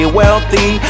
wealthy